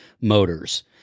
motors